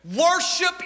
Worship